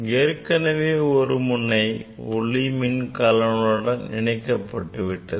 ஏற்கனவே ஒரு முனை ஒளிமின் கலனுடன் இணைக்கப்பட்டுவிட்டது